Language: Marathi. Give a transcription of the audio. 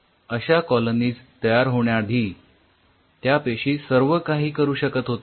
तर अश्या कॉलोनीज तयार होण्याआधी त्या पेशी सर्वकाही करू शकत होत्या